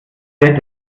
der